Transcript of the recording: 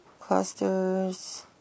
clusters